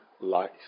life